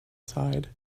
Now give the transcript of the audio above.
sighed